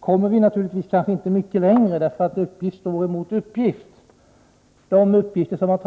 kommer vi naturligtvis inte mycket längre, eftersom uppgift står mot uppgift.